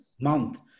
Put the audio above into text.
month